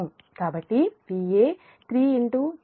కాబట్టి Va 3 0